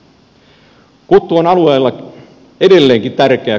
kuttu on alueella edelleenkin tärkeä